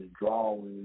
drawings